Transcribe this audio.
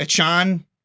Achan